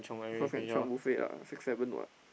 of course can chiong buffet lah six seven [what]